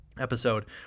episode